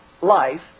life